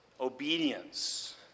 obedience